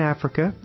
Africa